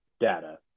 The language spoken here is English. data